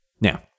Now